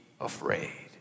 afraid